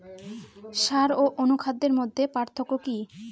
সার ও অনুখাদ্যের মধ্যে পার্থক্য কি?